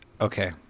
Okay